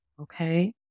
okay